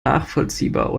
nachvollziehbar